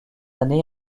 année